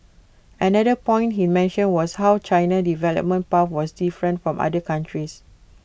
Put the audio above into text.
another point he mentioned was how China's development path was different from other countries